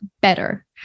better